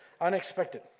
Unexpected